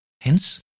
Hence